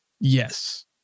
Yes